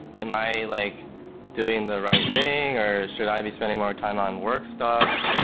am i like doing the right thing, or should i be spending more time on work stuff?